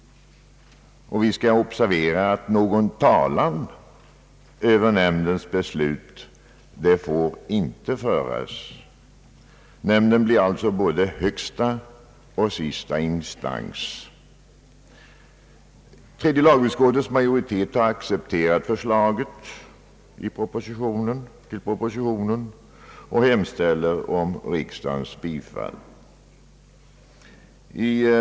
Vi skall observera att någon talan mot nämndens beslut inte får föras. Nämnden blir alltså både första och sista instans. Tredje lagutskottets majoritet har accepterat förslaget i propositionen och hemställer om riksdagens bifall till denna.